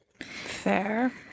Fair